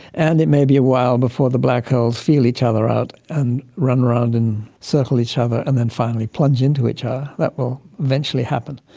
and it may be a while before the black holes feel each other out and run around and circle each other and then finally plunge into each other. ah that will eventually happen.